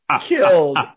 killed